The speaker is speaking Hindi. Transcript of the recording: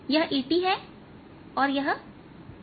यह Et है और यह Er है